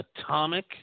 atomic